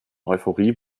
euphorie